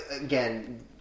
again